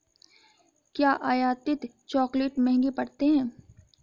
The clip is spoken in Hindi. क्या आयातित चॉकलेट महंगे पड़ते हैं?